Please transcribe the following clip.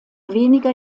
weniger